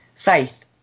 faith